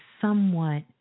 somewhat